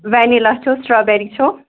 vanilla چھو strawberry چھو